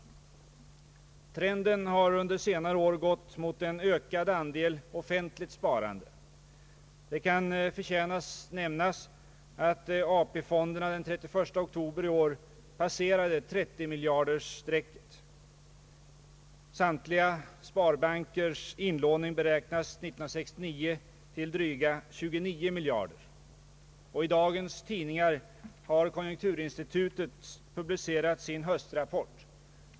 Trenden har under senare år gått mot en ökad andel offentligt sparande. Det kan förtjäna nämnas att AP-fonderna den 31 oktober i år passerade 30-miljarderstrecket. Samtliga sparbankers inlåning beräknas 1969 till dryga 29 miljarder. I dagens tidningar har konjunkturinstitutet publicerat sin höstrapport.